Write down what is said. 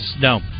No